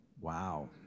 Wow